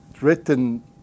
written